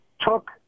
took